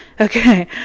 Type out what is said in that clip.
okay